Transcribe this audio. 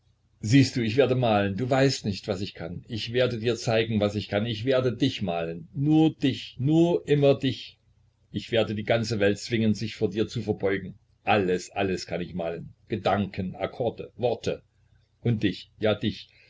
siehst du ich werde malen du weißt nicht was ich kann ich werde dir zeigen was ich kann ich werde dich malen nur dich nur immer dich ich werde die ganze welt zwingen sich vor dir zu verbeugen alles alles kann ich malen gedanken akkorde worte und dich ja dich